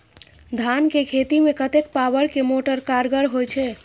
धान के खेती में कतेक पावर के मोटर कारगर होई छै?